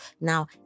now